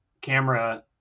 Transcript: camera